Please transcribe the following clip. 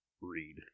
read